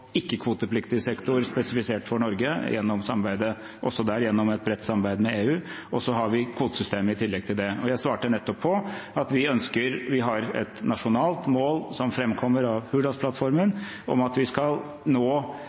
sektor spesifisert for Norge, også der gjennom et bredt samarbeid med EU, og så har vi kvotesystemet i tillegg til det. Jeg svarte nettopp på at vi har et nasjonalt mål, som framkommer av Hurdalsplattformen, om at vi skal nå